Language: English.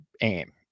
aim